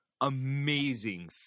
Amazing